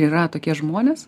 yra tokie žmonės